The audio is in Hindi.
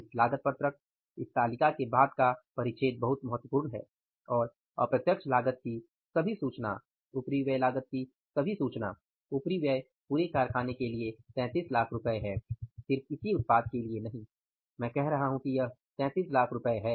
इस लागत पत्रक इस तालिका के बाद का परिच्छेद बहुत महत्वपूर्ण है और अप्रत्यक्ष लागत की सभी सूचना उपरिव्यय लागत की सभी सूचना उपरिव्यय पूरे कारखाने के लिए 3300000 है सिर्फ इसी उत्पाद के लिए नहीं मैं कह रहा हूं कि यह 3300000 है